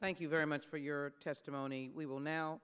thank you very much for your testimony we will now